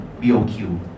BOQ